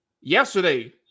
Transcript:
Yesterday